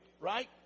right